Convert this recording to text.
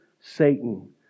Satan